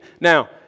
Now